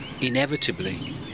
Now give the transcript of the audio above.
inevitably